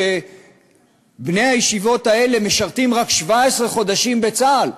שבני הישיבות האלה משרתים רק 17 חודשים בצה"ל,